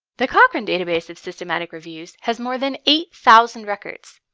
the cochrane database of systematic reviews has more than eight thousand records.